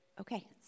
Okay